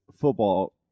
football